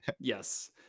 Yes